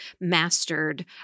mastered